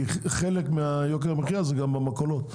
כי חלק מיוקר המחיה זה גם המכולות,